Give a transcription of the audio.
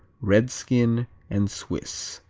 redskin and swiss.